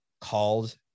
called